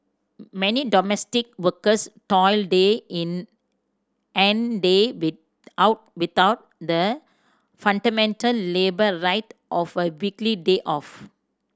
many domestic workers toil day in and day with out without the fundamental labour right of a weekly day off